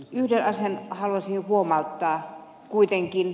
yhden asian haluaisin huomauttaa kuitenkin